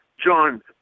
John